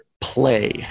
Play